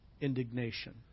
indignation